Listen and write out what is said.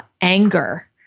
anger